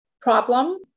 problem